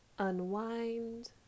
unwind